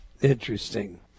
Interesting